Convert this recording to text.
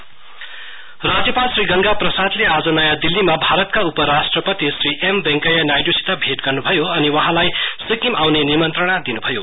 governor Delhi राज्यपाल श्री गंगा प्रसादले आज नयाँ दिल्लीमा भारत उप राष्ट्रपति श्री एम वेंकैया नाइडूसित भेट गर्नुभयो अनि वहाँलाई सिक्किम आउने निमन्त्रणा दिनु भयो